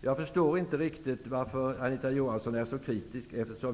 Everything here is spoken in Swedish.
Jag förstår inte riktigt varför Anita Johansson är så kritisk.